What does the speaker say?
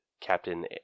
Captain